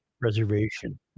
Reservation